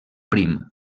prim